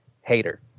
hater